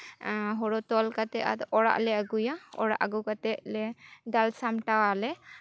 ᱦᱳᱲᱳ ᱛᱚᱞ ᱠᱟᱛᱮ ᱟᱫᱚ ᱚᱲᱟᱜ ᱞᱮ ᱟᱹᱜᱩᱭᱟ ᱚᱲᱟᱜ ᱟᱹᱜᱩ ᱠᱟᱛᱮ ᱞᱮ ᱫᱟᱞ ᱥᱟᱢᱴᱟᱣ ᱟᱞᱮ